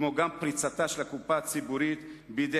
כמו גם פריצתה של הקופה הציבורית בידי